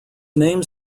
name